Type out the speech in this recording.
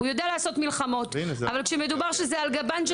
הוא יודע לעשות מלחמות אבל כשזה על גבן של